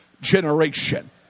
generation